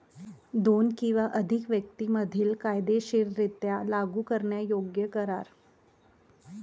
दोन किंवा अधिक व्यक्तीं मधील कायदेशीररित्या लागू करण्यायोग्य करार